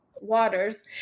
waters